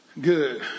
good